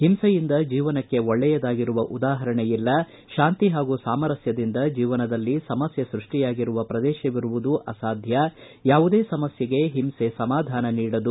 ಹಿಂಸೆಯಿಂದ ಜೀವನಕ್ಕೆ ಒಳ್ಳೆಯದಾಗಿರುವ ಸ್ಥಳವಿಲ್ಲ ಶಾಂತಿ ಹಾಗೂ ಸಾಮರಸ್ಥದಿಂದ ಜೀವನದಲ್ಲಿ ಸಮಸ್ಥೆ ಸೃಷ್ಟಿಯಾಗಿರುವ ಪ್ರದೇಶವಿರುವುದೂ ಅಸಾಧ್ಯ ಯಾವುದೇ ಸಮಸ್ಥೆಗೆ ಹಿಂಸೆ ಸಮಾಧಾನ ನೀಡದು